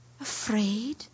Afraid